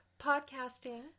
podcasting